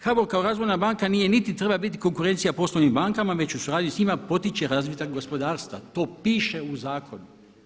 HBOR kao razvojna banka nije niti trebala biti konkurencija poslovnim bankama već u suradnji s njima potiče razvoj gospodarstva, to piše u zakonu.